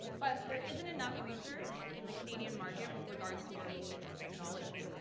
but there isn't enough research in the canadian market with regards to wearable fitness technology.